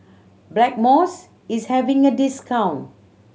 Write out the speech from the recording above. Blackmores is having a discount